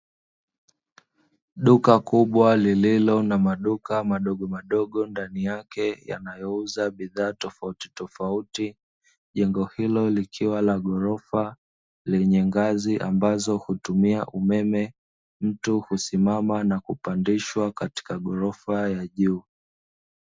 Duka kubwa lililo na maduka madogomadogo ndani yake; yanayouza bidhaa tofautitofauti. Jengo hilo likiwa la ghorofa lenye ngazi, ambazo hutumia umeme, mtu husimama na kupandishwa katika ghorofa ya juu.